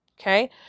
Okay